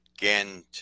again